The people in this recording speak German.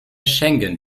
schengen